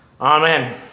Amen